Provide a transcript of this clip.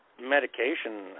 medication